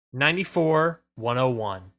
94-101